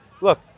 look